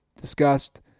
discussed